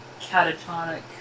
catatonic